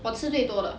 我吃最多的